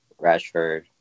Rashford